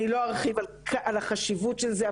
אני לא ארחיב על החשיבות של זה,